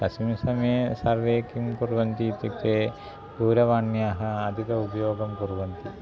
तस्मिन् समये सर्वे किं कुर्वन्ति इत्युक्ते दूरवाण्याः अधिक उपयोगं कुर्वन्ति